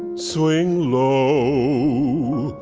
swing low,